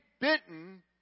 bitten